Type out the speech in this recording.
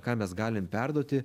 ką mes galim perduoti